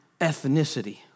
ethnicity